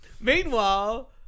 Meanwhile